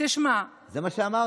זה מה שאמרתי.